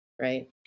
right